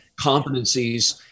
competencies